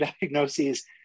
diagnoses